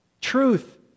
Truth